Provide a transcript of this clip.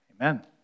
Amen